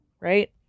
right